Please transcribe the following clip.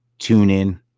TuneIn